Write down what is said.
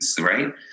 right